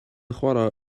chwarae